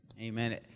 Amen